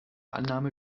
annahme